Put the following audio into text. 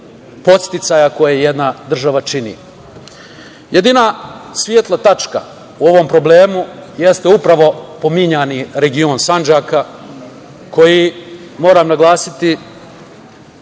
podsticaja koje jedna država čini. Jedina svetla tačka u ovom problemu jeste upravo pominjani region Sandžaka koji, moram naglasiti,